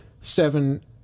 seven